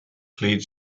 played